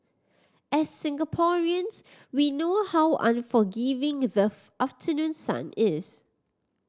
as Singaporeans we know how unforgiving the afternoon sun is